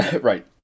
Right